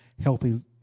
healthy